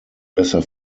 besser